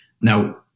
Now